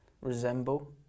resemble